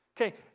Okay